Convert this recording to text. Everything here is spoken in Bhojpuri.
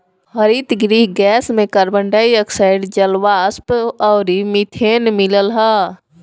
हरितगृह गैस में कार्बन डाई ऑक्साइड, जलवाष्प अउरी मीथेन मिलल हअ